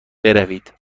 بروید